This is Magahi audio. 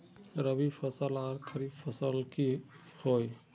रवि फसल आर खरीफ फसल की फसल होय?